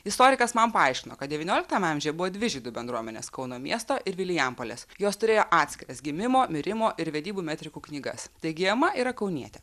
istorikas man paaiškino kad devynioliktame amžiuje buvo dvi žydų bendruomenės kauno miesto ir vilijampolės jos turėjo atskiras gimimo mirimo ir vedybų metrikų knygas taigi ema yra kaunietė